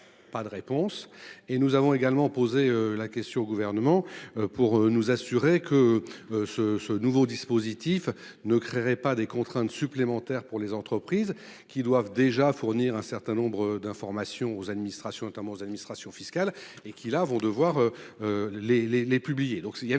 Pas de réponse et nous avons également posé la question au gouvernement pour nous assurer que ce ce nouveau dispositif ne créerait pas des contraintes supplémentaires pour les entreprises qui doivent déjà fournir un certain nombre d'informations aux administrations notamment aux administrations fiscales et qui là vont devoir. Les les